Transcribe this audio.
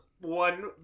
one